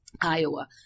Iowa